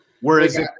whereas